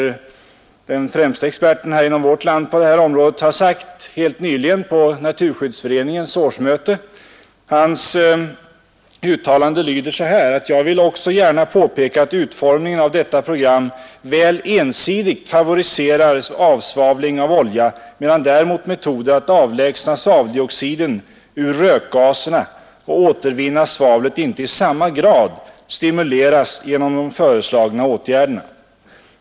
Jag skall citera vad professor Bolin har sagt helt nyligen på Naturskyddsföreningens årsmöte. Hans uttalande lyder så här: ”Jag vill också gärna påpeka att utformningen av detta program väl ensidigt favoriserar avsvavling av olja medan däremot metoder att avlägsna svaveldioxiden ur rökgaserna och återvinna svavlet inte i samma grad stimuleras genom de föreslagna åtgärderna.